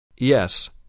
Yes